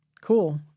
Cool